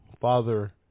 Father